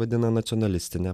vadina nacionalistine